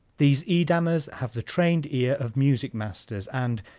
these edamers have the trained ear of music-masters and,